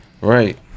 Right